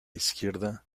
izquierda